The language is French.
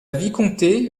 vicomté